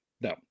No